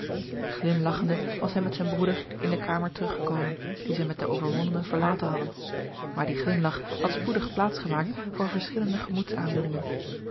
glimlagchende was hij met zijn broeder in de kamer teruggekomen die zij met den overwonnene verlaten hadden maar die glimlach had spoedig plaats gemaakt voor verschillende